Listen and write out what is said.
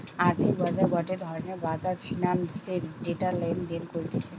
আর্থিক বাজার গটে ধরণের বাজার ফিন্যান্সের ডেটা লেনদেন করতিছে